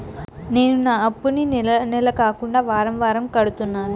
నేను నా అప్పుని నెల నెల కాకుండా వారం వారం కడుతున్నాను